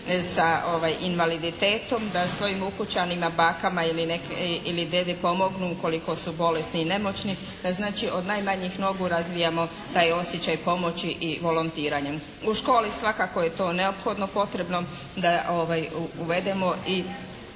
sa invaliditetom, da svojim ukućanima, bakama ili dedi pomognu ukoliko su bolesni i nemoćni. To znači od najmanjih nogu razvijamo taj osjećaj pomoći i volontiranje. U školi svakako je to neophodno potrebno da uvedemo i